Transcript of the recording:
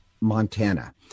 Montana